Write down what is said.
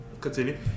Continue